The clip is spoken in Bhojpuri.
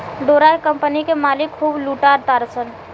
डोरा के कम्पनी के मालिक खूब लूटा तारसन